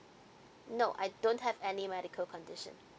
no I don't have any medical condition